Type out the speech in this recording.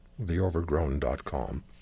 theovergrown.com